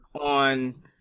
on